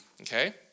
Okay